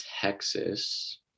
texas